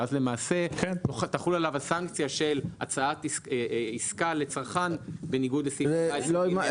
ואז תחול עליו הסנקציה של הצעת עסקה לצרכן בניגוד לסעיף 14ג לחוק.